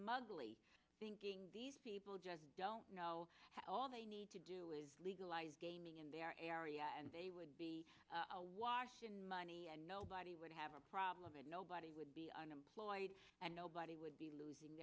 e thinking these people just don't know all they need to do is legalize gaming in their area and they would be awash in money and nobody would have a problem and nobody would be unemployed and nobody would be losing